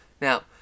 Now